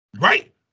Right